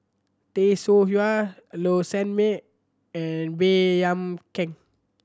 Tay Seow Huah a Low Sanmay and Baey Yam Keng